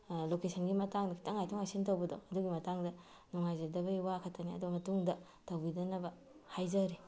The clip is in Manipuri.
ꯂꯣꯀꯦꯁꯟꯒꯤ ꯃꯇꯥꯡꯗꯨ ꯈꯤꯇꯪ ꯉꯥꯏꯊꯣꯛ ꯉꯥꯏꯁꯤꯟ ꯇꯧꯕꯗꯣ ꯑꯗꯨꯒꯤ ꯃꯇꯥꯡꯗ ꯅꯨꯡꯉꯥꯏꯖꯗꯕꯒꯤ ꯋꯥ ꯈꯛꯇꯅꯤ ꯑꯗꯣ ꯃꯇꯨꯡꯗ ꯇꯧꯕꯤꯗꯅꯕ ꯍꯥꯏꯖꯔꯤ